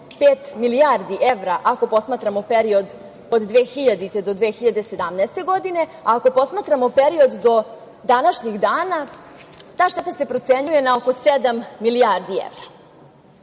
milijardi evra, ako posmatramo period od 2000. do 2017. godine, a ako posmatramo period do današnjih dana, ta šteta se procenjuje na oko sedam milijardi